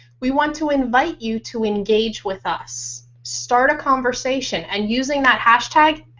we want to invite you to engage with us. start a conversation and using that hashtag.